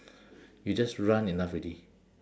you just run enough already